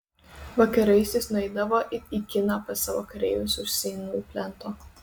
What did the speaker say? vakarais jis nueidavo it į kiną pas savo kareivius už seinų plento